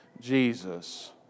Jesus